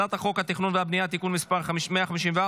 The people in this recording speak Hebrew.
הצעת חוק התכנון והבנייה (תיקון מס' 154,